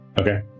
okay